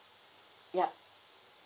ya